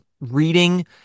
reading